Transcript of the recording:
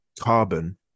carbon